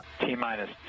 T-minus